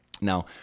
Now